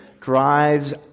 drives